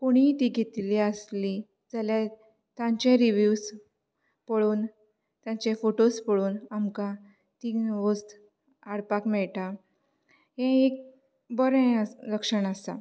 कोणीय ती घेतिल्ल्यार आसली जाल्यार तांचे रिव्यूज पळोवन तांचे फोटोज पळोवन आमकां ती वोस्त हाडपाक मेळटा हें एक बरें लक्षण आसा